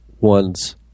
one's